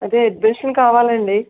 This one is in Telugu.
అదే అడ్మిషన్ కావాలండి